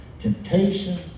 temptation